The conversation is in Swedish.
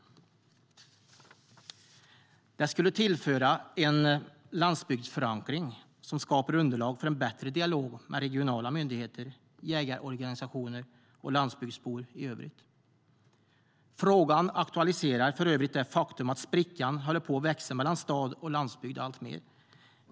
Det skulle tillföra en landsbygdsförankring som skapar underlag för en bättre dialog med regionala myndigheter, jägarorganisationer och landsbygdsbor i övrigt.Frågan aktualiserar för övrigt det faktum att sprickan håller på att växa alltmer mellan stad och landsbygd.